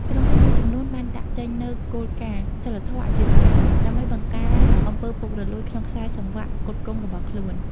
ក្រុមហ៊ុនមួយចំនួនបានដាក់ចេញនូវគោលការណ៍ "សីលធម៌អាជីវកម្ម" ដើម្បីបង្ការអំពើពុករលួយក្នុងខ្សែសង្វាក់ផ្គត់ផ្គង់របស់ខ្លួន។